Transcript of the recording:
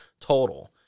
total